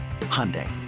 Hyundai